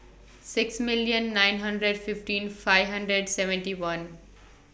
six million nine hundred fifteen five hundred seventy one